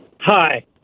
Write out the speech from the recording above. hi